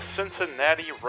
Cincinnati